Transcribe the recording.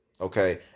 okay